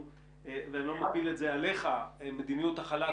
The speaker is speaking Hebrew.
אבל אני רוצה להתייחס רק למערכת מקוונת